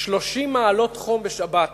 30 מעלות חום בשבת